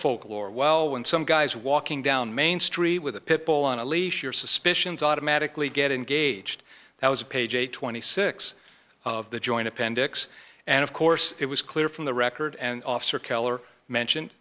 folklore well when some guys walking down main street with a pit bull on a leash your suspicions automatically get engaged that was a page a twenty six of the joint appendix and of course it was clear from the record and officer keller mentioned